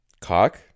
cock